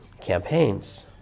campaigns